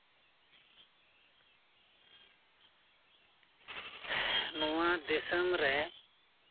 ᱱᱚᱣᱟ ᱫᱤᱥᱚᱢ ᱨᱮ